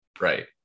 Right